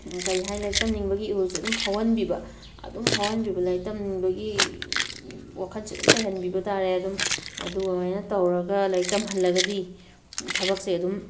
ꯀꯔꯤ ꯍꯥꯏ ꯂꯥꯏꯔꯤꯛ ꯇꯝꯅꯤꯡꯕꯒꯤ ꯏꯍꯨꯜꯁꯦ ꯑꯗꯨꯝ ꯐꯥꯎꯍꯟꯕꯤꯕ ꯑꯗꯨꯝ ꯐꯥꯎꯍꯟꯕꯤꯕ ꯂꯥꯏꯔꯤꯛ ꯇꯝꯅꯤꯡꯕꯒꯤ ꯋꯥꯈꯜꯁꯦ ꯂꯩꯍꯟꯕꯤꯕ ꯇꯥꯔꯦ ꯑꯗꯨꯝ ꯑꯗꯨꯃꯥꯏꯅ ꯇꯧꯔꯒ ꯂꯥꯏꯔꯤꯛ ꯇꯝꯍꯜꯂꯒꯗꯤ ꯊꯕꯛꯁꯦ ꯑꯗꯨꯝ